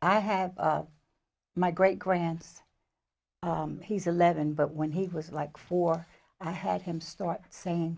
i have my great grands he's eleven but when he was like four i had him start saying